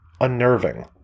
unnerving